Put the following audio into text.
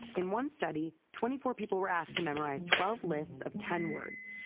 in one study, twenty four people were asked to memorize twelve lists of ten words.